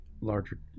larger